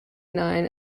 known